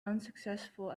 unsuccessful